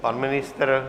Pan ministr?